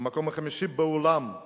המקום החמישי בעולם,